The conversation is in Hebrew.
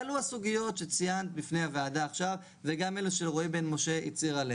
בניגוד למה שנאמר כאן, ההצעה שהוצעה